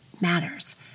matters